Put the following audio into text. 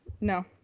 No